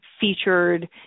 featured